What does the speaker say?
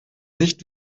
nicht